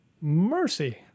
Mercy